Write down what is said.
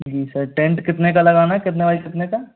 जी sir tent कितने का लगाना है कितने बाई कितने का